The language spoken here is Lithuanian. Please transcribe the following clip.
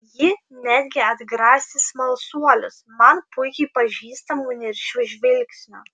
ji netgi atgrasė smalsuolius man puikiai pažįstamu niršiu žvilgsniu